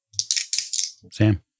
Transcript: Sam